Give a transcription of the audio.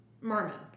Merman